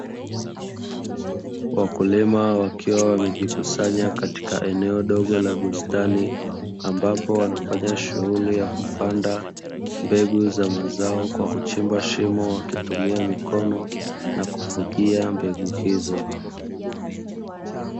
Wakulima wakiwa wamejikusanya katika eneo dogo la bustani, ambapo wanafanya shughuli ya kupanda mbegu za mazao, kwa kuchimba shimo wakitumia mikono na kufukia mbegu hizo.